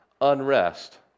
unrest